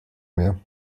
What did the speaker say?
mehr